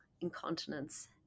incontinence